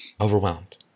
Overwhelmed